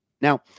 Now